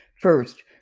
First